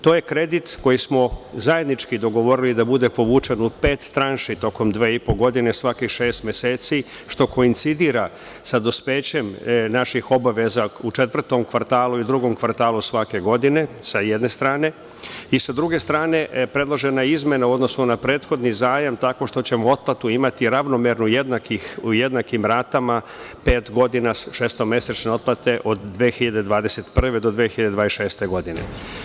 To je kredit koji smo zajednički dogovorili da bude povučen u pet tranši, tokom dve i po godine svakih šest meseci, što koincidira sa dospećem naših obaveza u četvrtom kvartalu ili drugom kvartalu svake godine, sa jedne strane, i sa druge strane, predložena je izmena u odnosu na prethodni zajam, tako što ćemo otplatu imati ravnomernu, u jednakimratama, pet godina šestomesečne otplate, od 2021. do 2026. godine.